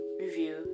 review